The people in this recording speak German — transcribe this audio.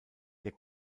der